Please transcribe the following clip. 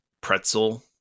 pretzel